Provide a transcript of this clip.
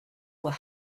were